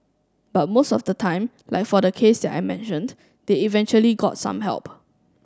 but most of the time like for the case that I mentioned they eventually got some help